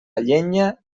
llenya